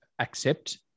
accept